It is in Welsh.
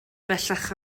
bellach